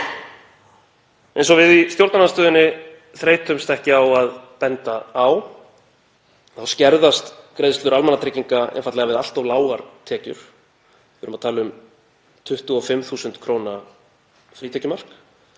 Eins og við í stjórnarandstöðunni þreytumst ekki á að benda á skerðast greiðslur almannatrygginga einfaldlega við allt of lágar tekjur. Við erum að tala um 25.000 kr. frítekjumark